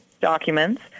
documents